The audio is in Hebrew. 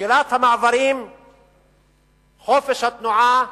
סגירת המעברים חופש התנועה,